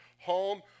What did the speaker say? home